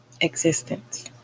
existence